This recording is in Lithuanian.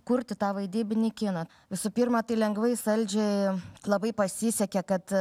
kurti tą vaidybinį kiną visų pirma tai lengvai saldžiai labai pasisekė kad